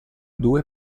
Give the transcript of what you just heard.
due